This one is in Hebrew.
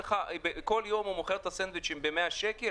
כל יום הוא מוכר סנדוויצ'ים ב-100 שקל,